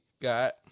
got